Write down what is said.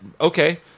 okay